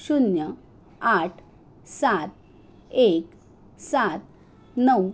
शून्य आठ सात एक सात नऊ